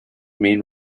main